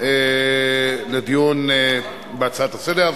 לדיון כהצעה לסדר-היום.